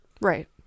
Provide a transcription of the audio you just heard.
Right